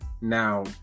Now